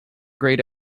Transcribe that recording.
grayed